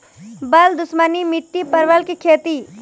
बल दुश्मनी मिट्टी परवल की खेती?